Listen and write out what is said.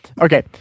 okay